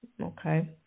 Okay